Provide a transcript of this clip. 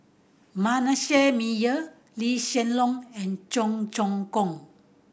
Manasseh Meyer Lee Hsien Loong and Cheong Choong Kong